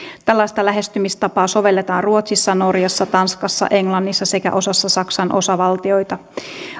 tällaista lähestymistapaa sovelletaan ruotsissa norjassa tanskassa englannissa sekä osassa saksan osavaltioita